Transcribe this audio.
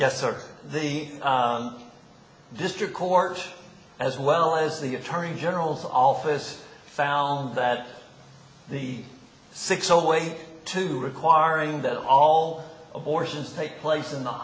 yes or the district court as well as the attorney general's office found that the six o way to requiring that all abortions take place in the